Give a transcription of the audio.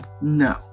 no